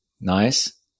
nice